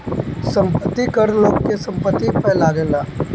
संपत्ति कर लोग के संपत्ति पअ लागेला